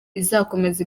izakomeza